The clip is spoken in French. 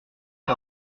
est